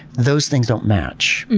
those things don't match.